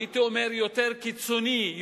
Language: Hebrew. הייתי אומר יותר קיצוני,